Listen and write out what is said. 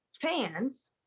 fans